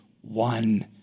one